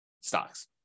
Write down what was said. stocks